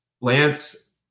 Lance